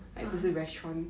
orh